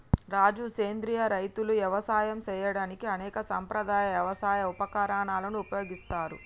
రాజు సెంద్రియ రైతులు యవసాయం సేయడానికి అనేక సాంప్రదాయ యవసాయ ఉపకరణాలను ఉపయోగిస్తారు